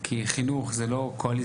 כי חינוך זה לא קואליציה-אופוזיציה,